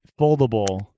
foldable